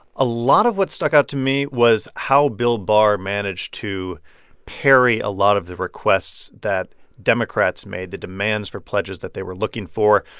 a lot of what stuck out to me was how bill barr managed to parry a lot of the requests that democrats made, the demands for pledges that they were looking for.